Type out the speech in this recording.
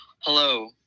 Hello